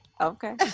Okay